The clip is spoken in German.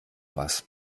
was